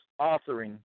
authoring